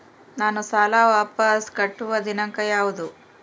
ನಾನು ಸಾಲ ವಾಪಸ್ ಕಟ್ಟುವ ದಿನಾಂಕ ಯಾವುದು?